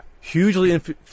Hugely